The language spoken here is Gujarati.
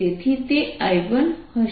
તેથી તે I1 થશે